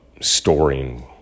storing